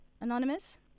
Anonymous